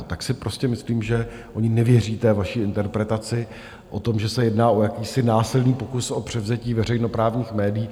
Tak si prostě myslím, že oni nevěří té vaší interpretaci o tom, že se jedná o jakýsi násilný pokus o převzetí veřejnoprávních médií.